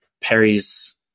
Perry's